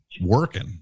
working